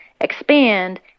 expand